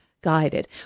guided